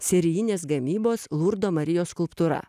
serijinės gamybos lurdo marijos skulptūra